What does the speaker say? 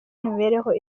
n’imibereho